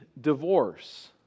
divorce